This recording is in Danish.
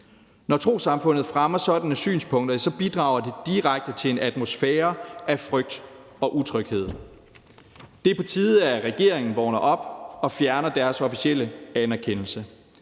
Når trossamfundet fremmer sådanne synspunkter, bidrager det direkte til en atmosfære af frygt og utryghed. Det er på tide, at regeringen vågner op og fjerner deres officielle anerkendelse.